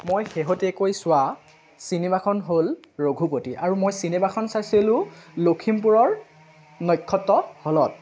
মই শেহতীয়াকৈ চোৱা চিনেমাখন হ'ল ৰঘুপতি আৰু মই চিনেমাখন চাইছিলোঁ লখিমপুৰৰ নক্ষত্ৰ হলত